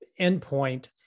endpoint